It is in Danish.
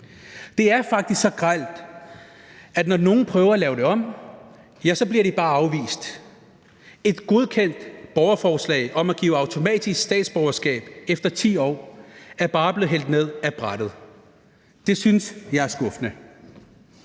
Det er faktisk så grelt, at når nogen prøver at lave det om, bliver de bare afvist. Et godkendt borgerforslag om at give automatisk statsborgerskab efter 10 år er bare blevet hældt ned ad brættet. Det synes jeg er skuffende,